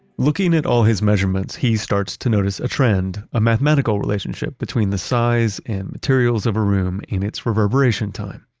looking at all his measurements, he starts to notice a trend, a mathematical relationship between the size and materials of a room in its reverberation time,